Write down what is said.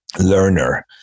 learner